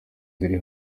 ziri